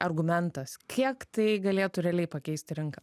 argumentas kiek tai galėtų realiai pakeisti rinką